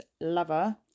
lover